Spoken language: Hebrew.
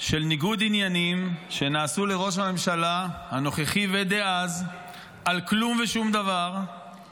של ניגוד עניינים שנעשו לראש הממשלה הנוכחי ודאז על כלום ושום דבר,